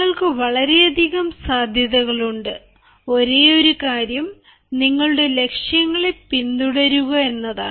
നിങ്ങൾക്ക് വളരെയധികം സാധ്യതകളുണ്ട് ഒരേയൊരു കാര്യം നിങ്ങളുടെ ലക്ഷ്യങ്ങളെ പിന്തുടരുക എന്നതാണ്